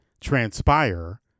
transpire